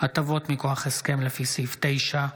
התשפ"ה 2025,